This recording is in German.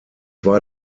war